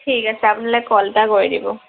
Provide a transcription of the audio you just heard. ঠিক আছে আপোনালোকে কল এটা কৰি দিব